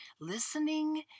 Listening